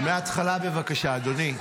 מההתחלה, בבקשה, אדוני.